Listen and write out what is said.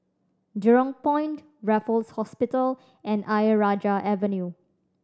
Jurong Point Raffles Hospital and Ayer Rajah Avenue